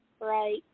right